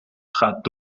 gaat